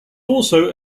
also